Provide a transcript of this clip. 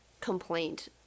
complaint